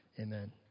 Amen